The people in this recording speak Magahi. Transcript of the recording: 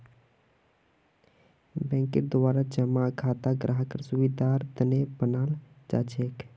बैंकेर द्वारा जमा खाता ग्राहकेर सुविधार तने बनाल जाछेक